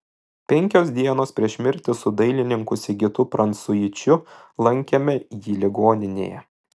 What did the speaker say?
penkios dienos prieš mirtį su dailininku sigitu prancuičiu lankėme jį ligoninėje